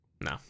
no